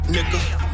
Nigga